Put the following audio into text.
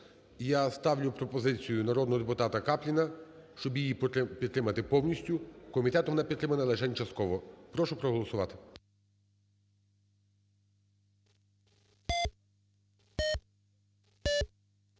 Я ставлю пропозицію народного депутата Капліна, щоб її підтримати повністю. Комітетом вона підтримана лишень частково. Прошу проголосувати.